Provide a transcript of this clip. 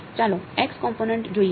ચાલો કોમ્પોનેંટ જોઈએ